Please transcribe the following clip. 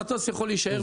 המטוס יכול להישאר בישראל,